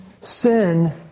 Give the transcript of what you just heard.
sin